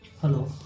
Hello